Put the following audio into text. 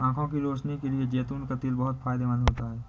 आंखों की रोशनी के लिए जैतून का तेल बहुत फायदेमंद होता है